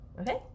okay